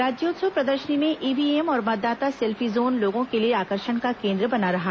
राज्योत्सव प्रदर्शनी में ईव्हीएम और मतदाता सेल्फी जोन लोगों के लिए आकर्षण का केन्द्र बना रहा